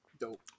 Dope